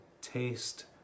taste